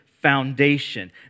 Foundation